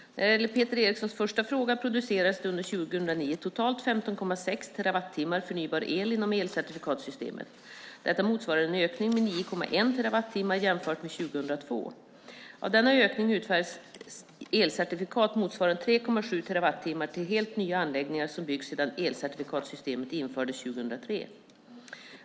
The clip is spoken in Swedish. När det gäller Peter Erikssons första fråga producerades under 2009 totalt 15,6 terawattimmar förnybar el inom elcertifikatssystemet. Detta motsvarar en ökning med 9,1 terawattimmar jämfört med 2002. Av denna ökning utfärdades elcertifikat motsvarande 3,7 terawattimmar till helt nya anläggningar som byggts sedan elcertifikatssystemet infördes 2003.